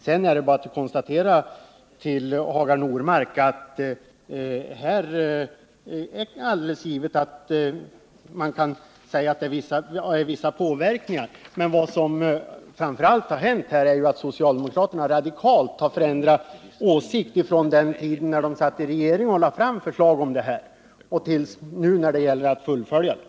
Sedan är det bara att konstatera, Hagar Normark, att det är alldeles givet att man kan säga att det blir vissa påverkningar. Men vad som framför allt har hänt är ju att socialdemokraterna radikalt har förändrat åsikt från den tid då de satt i regering och lade fram förslag på den här punkten till nu, då det gäller att fullfölja det.